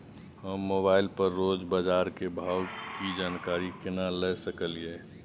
हम मोबाइल पर रोज बाजार के भाव की जानकारी केना ले सकलियै?